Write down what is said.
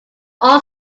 all